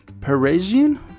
Parisian